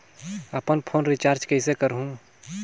अपन phone recharge कइसे करहु?